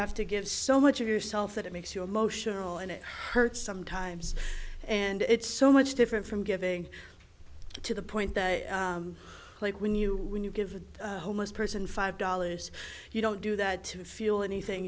have to give so much of yourself that it makes you emotional and it hurts sometimes and it's so much different from giving it to the point that like when you when you give a homeless person five dollars you don't do that to feel anything